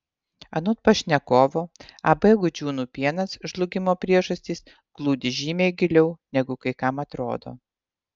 anot pašnekovo ab gudžiūnų pienas žlugimo priežastys glūdi žymiai giliau negu kai kam atrodo